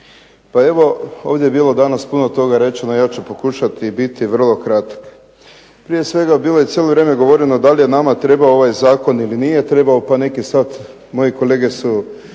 Pa evo ovdje je bilo danas puno toga rečeno ja ću pokušati biti vrlo kratak. Prije svega bilo je cijelo vrijeme govoreno da li je nama trebao ovaj zakon ili nije trebao pa neki sad moji kolege su